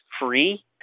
free